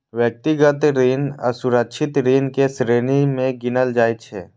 व्यक्तिगत ऋण असुरक्षित ऋण के श्रेणी मे गिनल जाइ छै